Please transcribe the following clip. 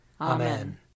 Amen